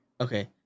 Okay